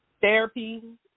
therapy